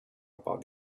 about